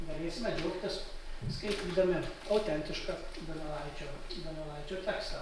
galėsime džiaugtis skaitydami autentišką donelaičio donelaičio tekstą